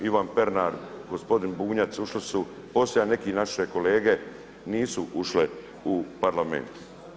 Ivan Pernar, gospodin Bunjac ušli su, poslije i neki naše kolege nisu ušle u Parlament.